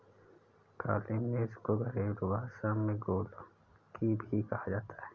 काली मिर्च को घरेलु भाषा में गोलकी भी कहा जाता है